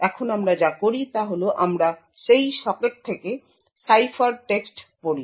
এখন আমরা যা করি তা হল আমরা সেই সকেট থেকে সাইফারটেক্সট পড়ি